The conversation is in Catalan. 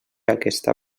aquesta